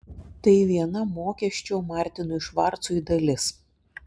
tai viena mokesčio martinui švarcui dalis